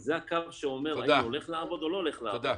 זה הקו שאני אומר שאני הולך לעבוד או לא הולך לעבוד.